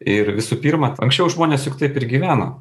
ir visų pirma anksčiau žmonės juk taip ir gyveno